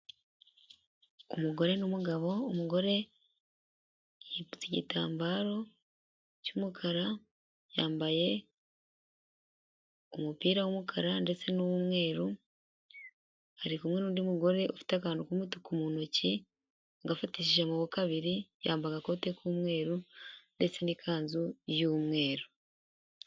Umugore n'umugabo, umugore yipfutse igitambaro cy'umukara, yambaye umupira w'umukara ndetse n'umweru, ari kumwe n'undi mugore ufite akantu k'umutuku mu ntoki, agafatishije amaboko abiri, yambaye agakote k'umweru ndetse n'ikanzu y'umweru.